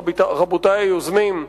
רבותי היוזמים,